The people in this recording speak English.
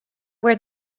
where